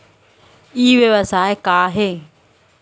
ई व्यवसाय का हे?